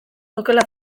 okela